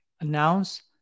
announce